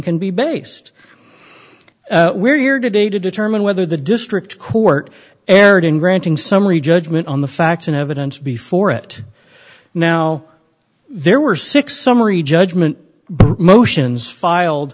can be based where you are today to determine whether the district court erred in granting summary judgment on the facts and evidence before it now there were six summary judgment motions filed